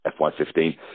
FY15